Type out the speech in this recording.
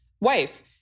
wife